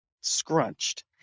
scrunched